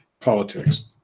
Politics